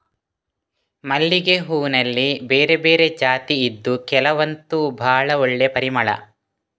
ಮಲ್ಲಿಗೆ ಹೂನಲ್ಲಿ ಬೇರೆ ಬೇರೆ ಜಾತಿ ಇದ್ದು ಕೆಲವಂತೂ ಭಾಳ ಒಳ್ಳೆ ಪರಿಮಳ